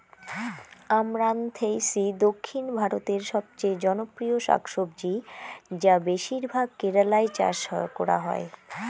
আমরান্থেইসি দক্ষিণ ভারতের সবচেয়ে জনপ্রিয় শাকসবজি যা বেশিরভাগ কেরালায় চাষ করা হয়